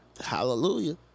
Hallelujah